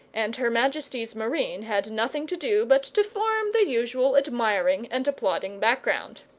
and her majesty's marine had nothing to do but to form the usual admiring and applauding background.